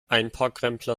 einparkrempler